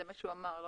זה מה שהוא אמר.